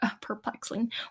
perplexing